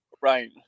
Right